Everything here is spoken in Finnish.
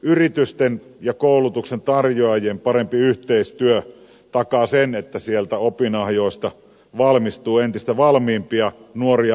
yritysten ja koulutuksen tarjoajien parempi yhteistyö takaa sen että opinahjoista valmistuu entistä valmiimpia nuoria ammattilaisia